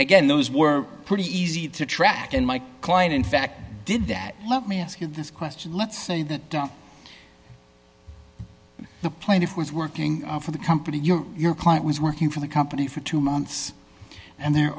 again those were pretty easy to track and mike klein in fact did that let me ask you this question let's say that the plaintiff was working for the company your your client was working for the company for two months and they're